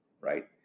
right